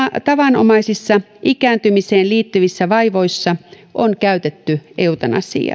tavanomaisissa ikääntymiseen liittyvissä vaivoissa on käytetty eutanasiaa